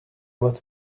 what